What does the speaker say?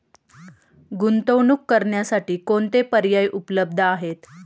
गुंतवणूक करण्यासाठी कोणते पर्याय उपलब्ध आहेत?